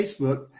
Facebook